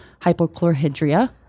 hypochlorhydria